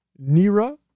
Nira